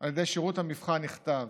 על ידי שירות המבחן, נכתב: